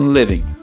living